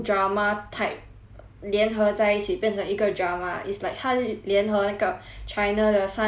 联合在一起变成一个 drama it's like 他联合一个 china 的三生三世还有那个